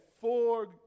four